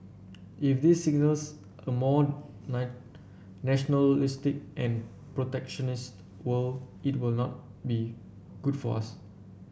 if this signals a more nine nationalistic and protectionist world it will not be good for us